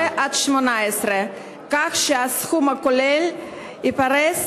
בגיל 14 18, כך שהסכום הכולל ייפרס